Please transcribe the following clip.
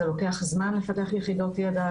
זה לוקח זמן לפתח יחידות ידע,